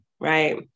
Right